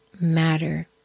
matter